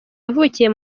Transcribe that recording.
yavukiye